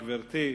גברתי,